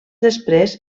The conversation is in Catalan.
després